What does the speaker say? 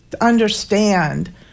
understand